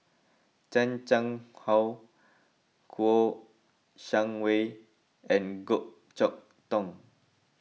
Chan Chang How Kouo Shang Wei and Goh Chok Tong